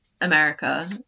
America